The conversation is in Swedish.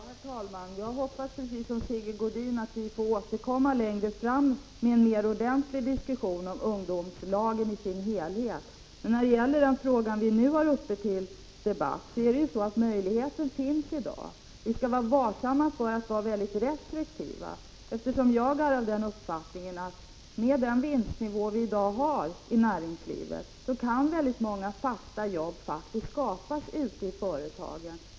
Herr talman! Jag hoppas precis som Sigge Godin att vi längre fram kan återkomma till en ordentlig diskussion om ungdomslagen. Men när det gäller den fråga vi nu har uppe till debatt är det så att möjligheten till ungdomslag inom det privata näringslivet i dag finns, men vi skall vara noga med att vara mycket restriktiva med det — med den vinstnivå vi i dag har i näringslivet kan många fasta jobb skapas ute i företagen.